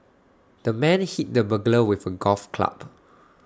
the man hit the burglar with A golf club